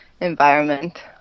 environment